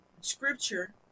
scripture